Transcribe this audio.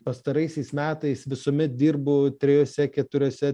pastaraisiais metais visuomet dirbu trijose keturiose